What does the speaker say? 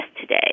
today